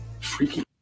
Freaky